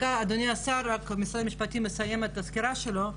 אדוני השר, משרד המשפטים מסיים את הסקירה שלו.